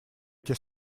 эти